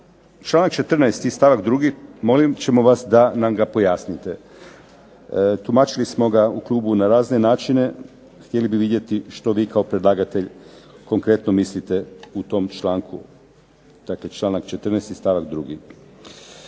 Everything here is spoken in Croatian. Članak 14. stavak 2. molit ćemo vas da nam ga pojasnite. Tumačili smo ga u klubu na razne načine, htjeli bi vidjeti što vi kao predlagatelj konkretno mislite u tom članku. Dakle, članak 14. stavak 2.